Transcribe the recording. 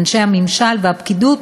אנשי הממשל והפקידות,